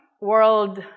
world